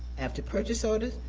after purchase orders,